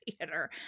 theater